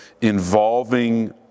involving